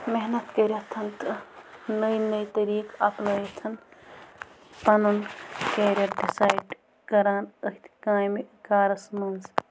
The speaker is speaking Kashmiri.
محنت کٔرِتھ تہٕ نٔے نٔے طٔریٖقہٕ اَپنٲوِتھ پَنُن کیریَر ڈِسایِڈ کَران أتھۍ کامہِ کارَس منٛز